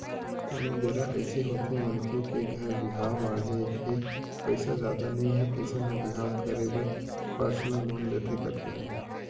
कोनो बेरा अइसे होथे मनखे के घर बिहाव माड़हे हे पइसा जादा नइ हे अइसन म बिहाव करे बर परसनल लोन लेथे कतको झन